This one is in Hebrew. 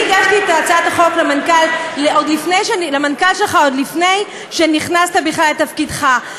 אני הגשתי את הצעת החוק למנכ"ל שלך עוד לפני שנכנסת בכלל לתפקידך.